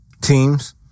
teams